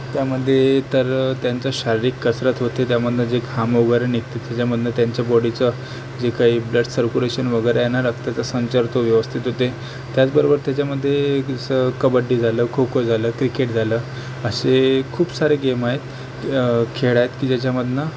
त्यामध्ये तर त्यांचं शारीरिक कसरत होते त्यामधून जे घाम वगैरे निघतं त्याच्यामधून त्यांच्या बॉडीचं जे काही ब्लड सर्क्युलेशन वगैरे आहे ना रक्ताचा संचार तो व्यवस्थित होते त्याचबरोबर त्याच्यामध्ये की स कबड्डी झालं खो खो झालं क्रिकेट झालं असे खूप सारे गेम आहेत खेळ आहेत की ज्याच्यामधून